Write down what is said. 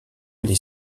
les